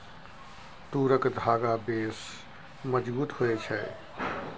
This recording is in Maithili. तूरक धागा बेस मजगुत होए छै